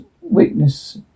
weakness